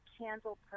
candle